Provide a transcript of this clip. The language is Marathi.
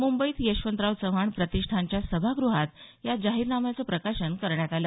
मुंबईत यशवंतराव चव्हाण प्रतिष्ठानच्या सभागृहात या जाहीरनाम्याचं प्रकाशन करण्यात आलं